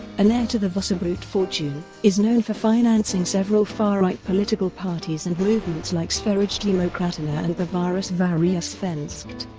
an heir to the wasabrod fortune, is known for financing several far-right political parties and movements like sverigedemokraterna and bevara sverige svenskt.